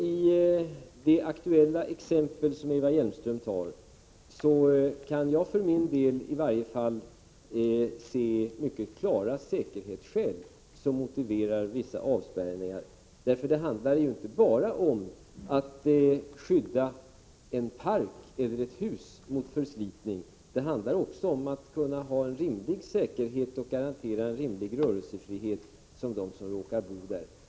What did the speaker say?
I det aktuella fall som Eva Hjelmström tar upp kan i varje fall jag finna mycket klara säkerhetsskäl som motiverar vissa avspärrningar. Det handlar ju inte bara om att skydda en park eller ett hus mot förslitning, det handlar också om att kunna garantera en rimlig säkerhet och rörelsefrihet för dem som råkar bo där.